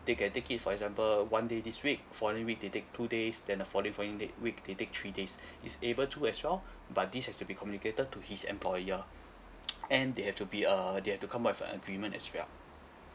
they can take it for example one day this week following week they take two days then the following following day week they take three days is able to as well but this has to be communicated to his employer and they have to be err they have to come up with an agreement as well